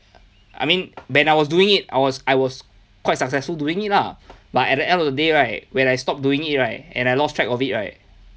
I mean when I was doing it I was I was quite successful doing it lah but at the end of the day right when I stop doing it right and I lost track of it right